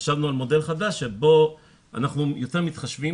חשבנו על מודל חדש שבו אנחנו יותר מתחשבים